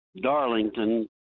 Darlington